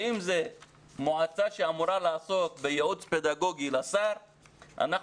אם זאת מועצה שאמורה לעסוק בייעוץ פדגוגי לשר אנחנו